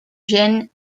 gêne